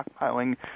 stockpiling